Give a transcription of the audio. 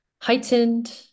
heightened